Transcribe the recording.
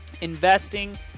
investing